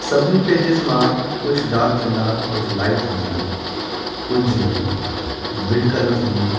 सभिनी पेजिस मां कुझु डार्क थींदा कुझु लाईट थींदा कुझु मिड कलर थींदो